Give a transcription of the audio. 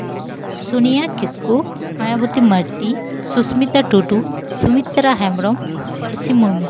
Sonia Kisku Mayabati Mardi Susmita Tudu Sumitra Hembrom Parsi Murmu